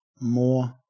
more